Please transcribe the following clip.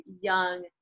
young